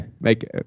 make